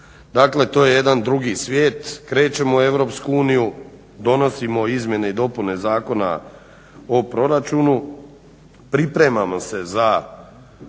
Dakle to je jedan drugi svijet. Krećemo u EU donosimo izmjene i dopune Zakona o proračunu, pripremamo se za